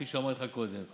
כפי שאמרתי לך קודם,